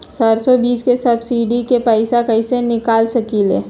सरसों बीज के सब्सिडी के पैसा कईसे निकाल सकीले?